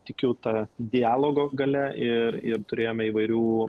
tikiu ta dialogo galia ir ir turėjome įvairių